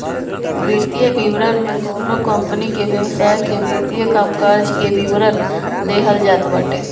वित्तीय विवरण में कवनो कंपनी के व्यवसाय के वित्तीय कामकाज के विवरण देहल जात बाटे